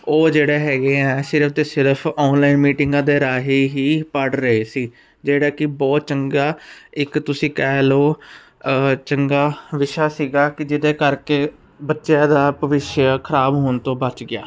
ਉਹ ਜਿਹੜਾ ਹੈਗੇ ਆ ਸਿਰਫ ਤੇ ਸਿਰਫ ਆਨਲਾਈਨ ਮੀਟਿੰਗਾਂ ਦੇ ਰਾਹੀ ਹੀ ਪੜ ਰਹੇ ਸੀ ਜਿਹੜਾ ਕਿ ਬਹੁਤ ਚੰਗਾ ਇੱਕ ਤੁਸੀਂ ਕਹਿ ਲਓ ਚੰਗਾ ਵਿਸ਼ਾ ਸੀਗਾ ਕਿ ਜਿਹਦੇ ਕਰਕੇ ਬੱਚਿਆਂ ਦਾ ਭਵਿਸ਼ਆ ਖਰਾਬ ਹੋਣ ਤੋਂ ਬਚ ਗਿਆ